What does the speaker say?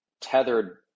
tethered